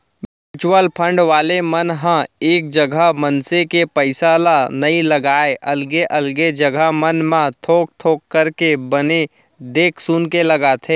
mutual fund वाले मन ह एक जगा मनसे के पइसा ल नइ लगाय अलगे अलगे जघा मन म थोक थोक करके बने देख सुनके लगाथे